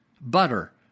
Butter